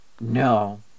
no